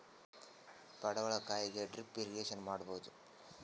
ಪಡವಲಕಾಯಿಗೆ drip irrigation ಮಾಡಬೋದ?